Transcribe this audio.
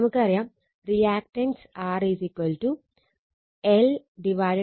നമുക്കറിയാം reactance R l Aµ ആണ്